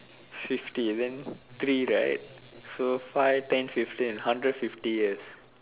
fifty and then three right so five ten fifteen and hundred fifty years